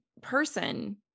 person